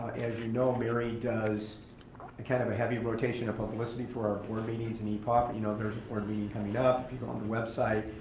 as you know, mary does kind of a heavy rotation of publicity for our board meetings and epop. you know there's a board meeting coming up, if you go on the website.